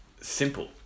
simple